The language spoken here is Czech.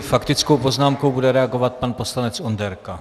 Faktickou poznámkou bude reagovat pan poslanec Onderka.